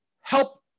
help